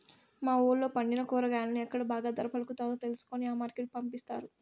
మా వూళ్ళో పండిన కూరగాయలను ఎక్కడ బాగా ధర పలుకుతాదో తెలుసుకొని ఆ మార్కెట్ కు పంపిస్తారు